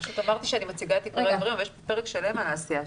פשוט אמרתי שאני מציגה את עיקרי הדברים אבל יש פה פרק שלם על העשייה,